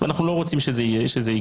ואנחנו לא רוצים שזה יקרה.